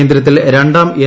കേന്ദ്രത്തിൽ രണ്ടാം എൻ